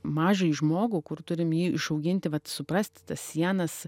mažąjį žmogų kur turim jį išauginti vat suprasti tas sienas